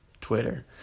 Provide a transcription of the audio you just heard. Twitter